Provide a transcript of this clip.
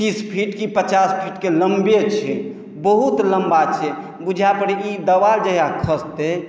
तीस फ़ीट की पचास फ़ीटके लम्बे छै बहुत लम्बा छै बुझाय पड़ै कि ई देवाल जहिआ खसतै